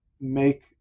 make